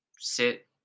sit